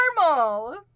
normal